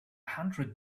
hundred